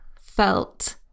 felt